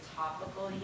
topical